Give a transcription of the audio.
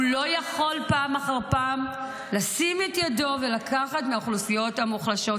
הוא לא יכול פעם אחר פעם לשים את ידו ולקחת מהאוכלוסיות המוחלשות.